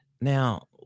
Now